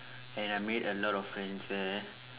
and I made a lot of friends there